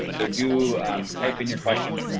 but so do type in your questions, and